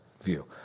view